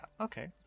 okay